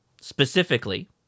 specifically